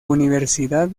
universidad